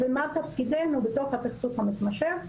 ומה תפקידנו בתוך הסכסוך המתמשך.